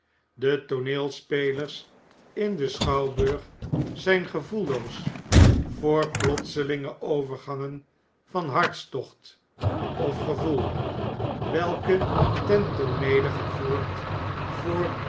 de tooneelspelers in den schouwburg zijn gevoelloos voor plotselinge overgangen van hartstocht of gevoel welke ten